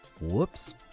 Whoops